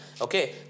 okay